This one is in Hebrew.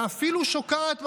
ואפילו שוקעת במערב,